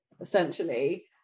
essentially